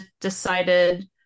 decided